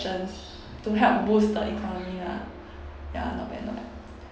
to help boost the economy lah ya not bad not bad